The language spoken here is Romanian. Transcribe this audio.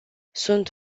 sunt